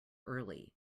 early